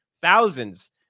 thousands